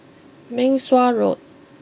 Meng Suan Road